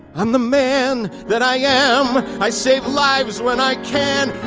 um the man that i am i save lives when i can